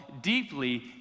deeply